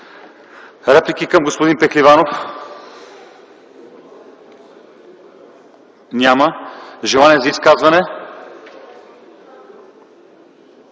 Реплики към господин Пехливанов? Няма. Други желания за изказване?